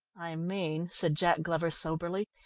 i mean, said jack glover soberly,